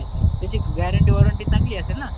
अच्छा त्याची guarantee warranty चांगली असेल ना